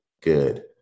good